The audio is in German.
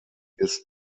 ist